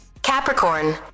Capricorn